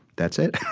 that's it.